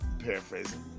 Paraphrasing